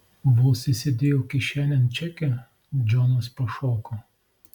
vos įsidėjau kišenėn čekį džonas pašoko